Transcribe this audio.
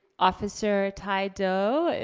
officer tai do,